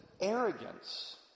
arrogance